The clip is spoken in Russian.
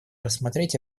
рассмотреть